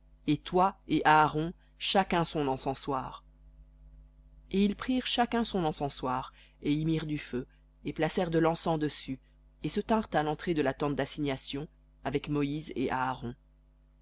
et toi et aaron chacun son encensoir et ils prirent chacun son encensoir et y mirent du feu et placèrent de l'encens dessus et se tinrent à l'entrée de la tente d'assignation avec moïse et aaron